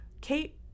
kate